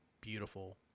beautiful